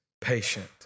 patient